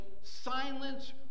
silence